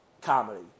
comedy